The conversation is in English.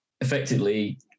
effectively